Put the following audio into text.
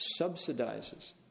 subsidizes